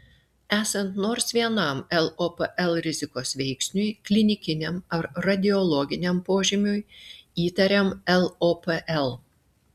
esant nors vienam lopl rizikos veiksniui klinikiniam ar radiologiniam požymiui įtariam lopl